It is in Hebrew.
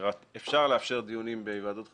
אפשר לאפשר דיונים בהיוועדות חזותית,